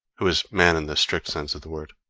who is man in the strict sense of the word.